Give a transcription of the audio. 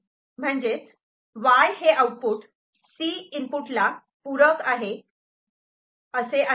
म्हणजेच 'Y' हे output 'C' इनपुटला पूरक असे आहे